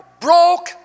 broke